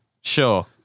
Sure